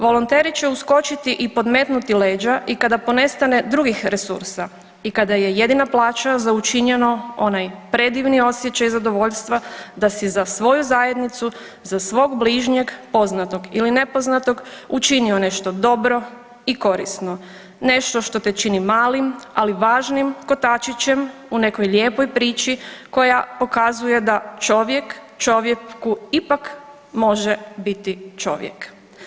Volonteri će uskočiti i podmetnuti leđa i kada ponestane drugih resursa i kada je jedina plaća za učinjeno onaj predivni osjećaj zadovoljstva da si za svoju zajednicu, za svog bližnjeg poznatog ili nepoznatog učinio nešto dobro i korisno, nešto što te čini malim, ali važnim kotačićem u nekoj lijepoj priči koja pokazuje da čovjek čovjeku ipak može biti čovjek.